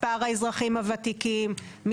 מספר האזרחים הוותיקים,